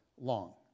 long